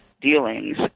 dealings